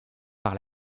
par